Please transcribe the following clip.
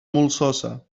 molsosa